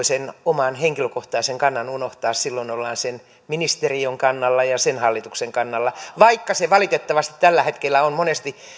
sen oman henkilökohtaisen kantansa voi unohtaa silloin ollaan sen ministeriön kannalla ja sen hallituksen kannalla vaikka se valitettavasti tällä hetkellä on monesti